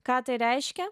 ką tai reiškia